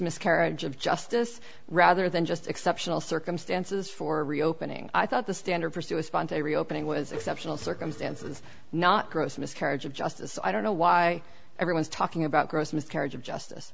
miscarriage of justice rather than just exceptional circumstances for reopening i thought the standard pursue a sponsor a reopening was exceptional circumstances not gross miscarriage of justice i don't know why everyone's talking about gross miscarriage of justice